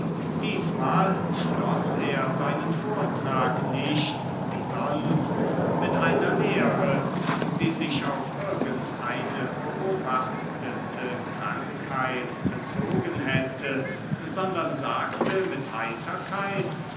diesmal schloß er seinen vortrag nicht wie sonst mit einer lehre die sich auf irgend eine beobachtete krankheit bezogen hätte sondern sagte mit heiterkeit